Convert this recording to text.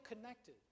connected